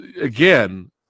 again